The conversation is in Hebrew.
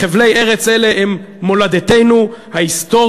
חבלי ארץ אלה הם מולדתנו ההיסטורית.